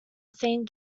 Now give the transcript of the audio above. saint